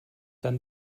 dann